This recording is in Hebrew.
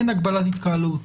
אין הגבלת התקהלות,